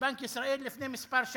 שפרסם בנק ישראל לפני מספר שנים.